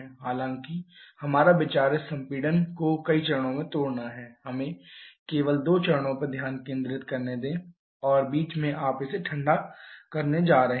हालांकि हमारा विचार इस संपीड़न को कई चरणों में तोड़ना है हमें केवल दो चरणों पर ध्यान केंद्रित करने दें और बीच में आप इसे ठंडा करने जा रहे हैं